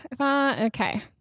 Okay